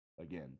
again